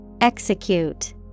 Execute